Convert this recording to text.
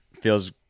feels